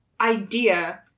Idea